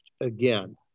again